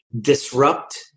disrupt